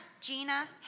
Gina